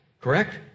Correct